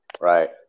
Right